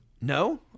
No